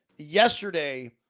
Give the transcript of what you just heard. Yesterday